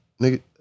nigga